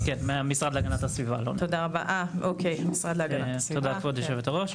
תודה, כבוד יושבת הראש.